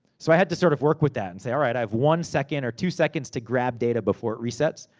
so, i had to sort of work with that. and say, alright, i have one second or two seconds, to grab data before it resets.